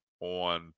on